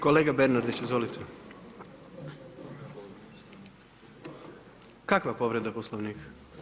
Kolega Bernardić, izvolite. ... [[Upadica se ne čuje.]] Kakva povreda Poslovnika?